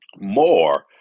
more